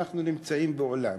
אנחנו נמצאים בעולם